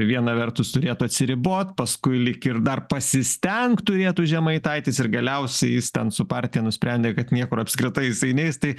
viena vertus turėtų atsiribot paskui lyg ir dar pasistengt turėtų žemaitaitis ir galiausiai jis ten su partija nusprendė kad niekur apskritai jisai neis tai